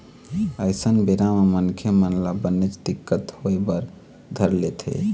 अइसन बेरा म मनखे मन ल बनेच दिक्कत होय बर धर लेथे